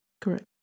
Correct